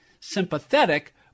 sympathetic